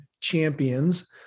champions